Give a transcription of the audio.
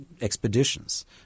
expeditions